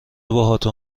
باهاتون